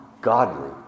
godly